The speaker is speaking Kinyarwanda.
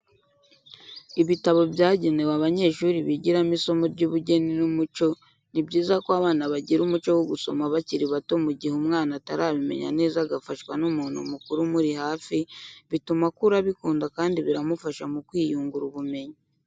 Ibitabo byagewe abanyeshuri bigiramo isomo ry'ubugeni n'umuco, ni byiza ko abana bagira umuco wo gusoma bakiri bato mu gihe umwana atarabimenya neza agafashwa n'umuntu mukuru umuri hafi bituma akura abikunda kandi biramufasha mu kwiyungura ubumenyi.